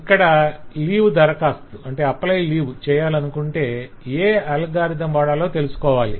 ఇక్కడ 'లీవ్ దరకాస్తు' చేయాలనుకొంటే ఏ అల్గారిదం వాడాలో తెలుసకోవాలి